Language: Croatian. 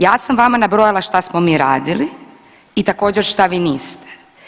Ja sam vama nabrojala šta smo mi radili i također, šta vi niste.